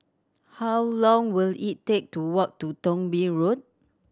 how long will it take to walk to Thong Bee Road